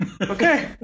Okay